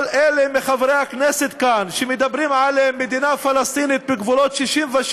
כל אלה מחברי הכנסת כאן שמדברים על מדינה פלסטינית בגבולות 67'